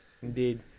Indeed